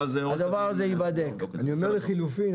אני אומר לחילופין,